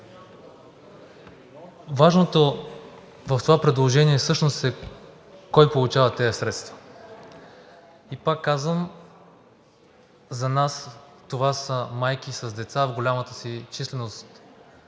Важното в това предложение всъщност е кой получава тези средства? И пак казвам, за нас това са майки с деца в голямата си численост,